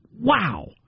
wow